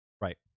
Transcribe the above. right